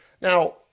Now